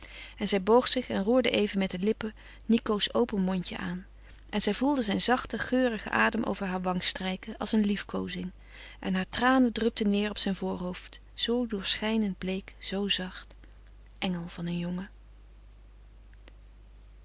en zij boog zich en roerde even met de lippen nico's open mondje aan en zij voelde zijn zachten geurigen adem over haar wang strijken als een liefkoozing en haar tranen drupten neêr op zijn voorhoofd zoo doorschijnend bleek zoo zacht engel van een jongen